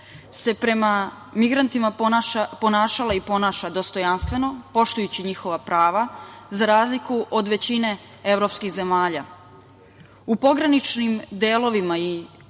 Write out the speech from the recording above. se prema migrantima ponašala i ponaša dostojanstveno, poštujući njihova prava, za razliku od većine evropskih zemalja. U pograničnim delovima i